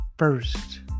First